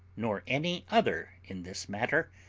nor any other, in this matter,